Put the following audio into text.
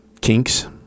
Kinks